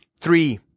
Three